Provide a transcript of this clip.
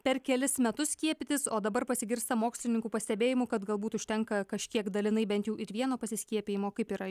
per kelis metus skiepytis o dabar pasigirsta mokslininkų pastebėjimų kad galbūt užtenka kažkiek dalinai bent jau ir vieno pasiskiepijimo kaip yra